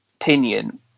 opinion